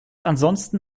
ansonsten